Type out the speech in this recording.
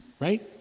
right